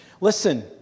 Listen